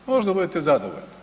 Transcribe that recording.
Možda budete zadovoljni.